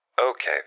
Okay